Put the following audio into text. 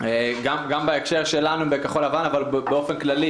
גם בהקשר שלנו בכחול לבן, אבל באופן כללי